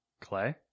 Clay